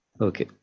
Okay